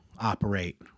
operate